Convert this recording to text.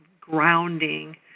grounding